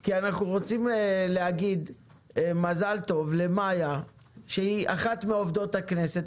כי אנחנו רוצים להגיד מזל טוב למאיה שהיא אחת מעובדות הכנסת,